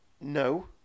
no